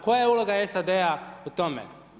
Koja je uloga SAD-a u tome?